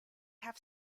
have